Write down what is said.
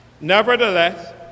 Nevertheless